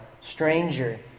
stranger